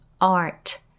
art